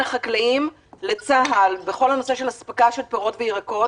החקלאים לצה"ל בכל הנושא של אספקה של פירות וירקות?